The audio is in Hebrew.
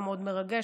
היה מאוד מרגש.